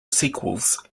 sequels